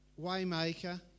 Waymaker